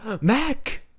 Mac